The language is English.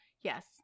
yes